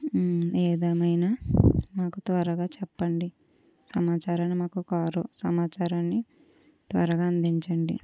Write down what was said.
ఏదేమైనా మాకు త్వరగా చెప్పండి సమాచారాన్ని మాకు కారు సమాచారాన్ని త్వరగా అందించండి